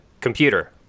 Computer